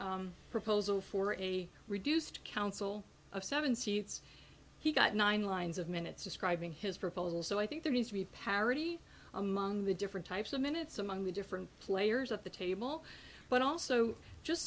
proposal for a reduced council of seven seats he got nine lines of minutes describing his proposal so i think there needs to be parity among the different types of minutes among the different players at the table but also just